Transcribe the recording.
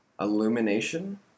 illumination